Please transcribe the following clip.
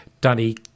Danny